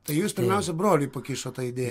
tai jūs pirmiausia broliui pakišot tą idėj